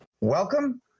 Welcome